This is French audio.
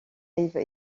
live